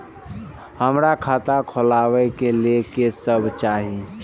हमरा खाता खोलावे के लेल की सब चाही?